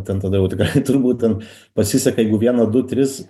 ten tada jau tikrai turbūt ten pasiseka jeigu vieną du tris